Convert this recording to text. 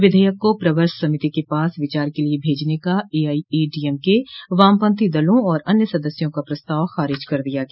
विधेयक को प्रवर समिति के पास विचार के लिए भेजने का एआईएडीएमके वामपंथी दलों और अन्य सदस्यों का प्रस्ताव खारिज कर दिया गया